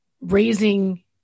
raising